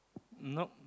nope